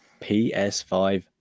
PS5